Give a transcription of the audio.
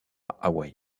hawaï